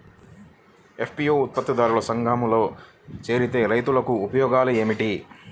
FPO ఉత్పత్తి దారుల సంఘములో చేరితే రైతులకు ఉపయోగము ఏమిటి?